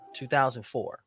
2004